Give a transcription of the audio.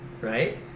Right